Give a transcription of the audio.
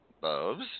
Bubs